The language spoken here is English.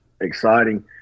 exciting